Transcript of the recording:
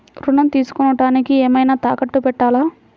ఋణం తీసుకొనుటానికి ఏమైనా తాకట్టు పెట్టాలా?